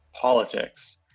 politics